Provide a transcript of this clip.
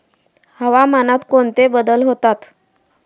हवामानात कोणते बदल होतात?